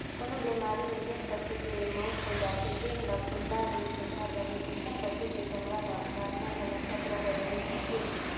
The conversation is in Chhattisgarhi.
कोनो बेमारी म जेन पसू के मउत हो जाथे तेन ल खुल्ला नइ फेकना चाही, अइसन पसु के चमड़ा ल उतारना घलो खतरा बरोबेर होथे